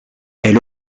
elle